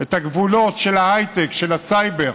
את הגבולות של ההייטק, של הסייבר,